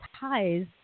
ties